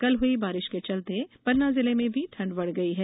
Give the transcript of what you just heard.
कल हुई बारिश के चलते पन्ना जिले में भी ठंड बढ़ गई है